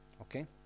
Okay